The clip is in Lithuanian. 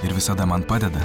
ir visada man padeda